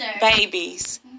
Babies